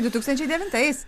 du tūkstančiai devintais